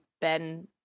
Ben